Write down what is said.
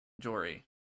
Jory